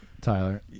Tyler